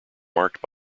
marked